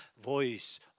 voice